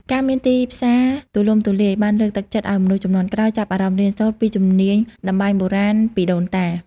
ការមានទីផ្សារទូលំទូលាយបានលើកទឹកចិត្តឱ្យមនុស្សជំនាន់ក្រោយ ចាប់អារម្មណ៍រៀនសូត្រពីជំនាញតម្បាញបុរាណពីដូនតា។